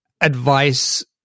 advice